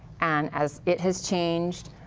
and as it has changed,